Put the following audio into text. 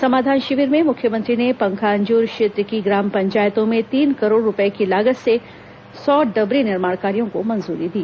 समाधान शिविर में मुख्यमंत्री ने पंखाजूर क्षेत्र की ग्राम पंचायतों में तीन करोड़ रूपए की लागत से सौ डबरी निर्माण कार्यों की मंजूरी दी